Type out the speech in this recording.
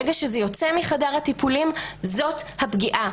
ברגע שזה יוצא מחדר הטיפולים, זאת הפגיעה.